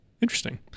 interesting